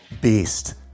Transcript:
beast